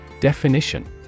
Definition